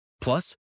Plus